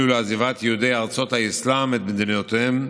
לעזיבת יהודי ארצות האסלאם את מדינותיהם.